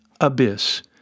abyss